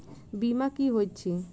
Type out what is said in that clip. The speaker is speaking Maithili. बीमा की होइत छी?